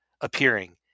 appearing